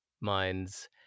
minds